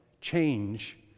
Change